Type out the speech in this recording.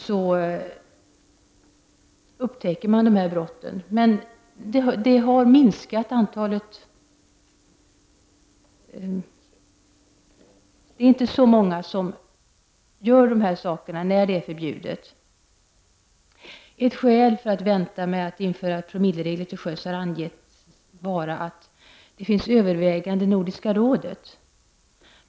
Det faktum att vi har en lagstiftning har dock minskat antalet brott. Det är inte så många som gör dessa saker när det är förbjudet. Ett skäl som har angetts för att vänta med att införa promillegränser till sjöss är att överväganden sker i Nordiska rådet.